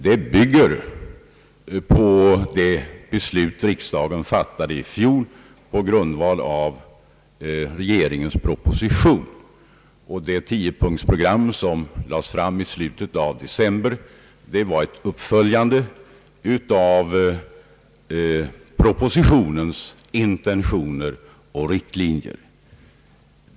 Dessa bygger på det beslut riksdagen fattade i fjol på grundval av regeringens proposition. Det tiopunktsprogram som lades fram i slutet av december var ett uppföljande av den propositionens intentioner och riktlinjer.